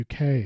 UK